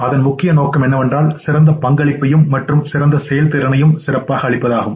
அதன் முக்கிய நோக்கம் என்னவென்றால் சிறந்த பங்களிப்பையும் மற்றும் சிறந்த செயல்திறனையும் சிறப்பாக அளிப்பதாகும்